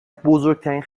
بزرگترین